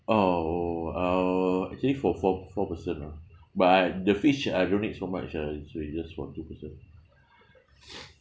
oh uh actually for four four person ah but the fish I don't need so much uh so it's just for two person